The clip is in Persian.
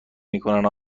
میکنن